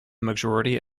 majority